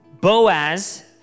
Boaz